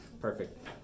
Perfect